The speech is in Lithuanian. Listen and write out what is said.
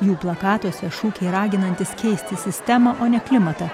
jų plakatuose šūkiai raginantys keisti sistemą o ne klimatą